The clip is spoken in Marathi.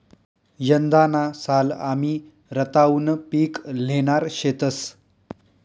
यंदाना साल आमी रताउनं पिक ल्हेणार शेतंस